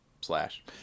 Slash